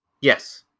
Yes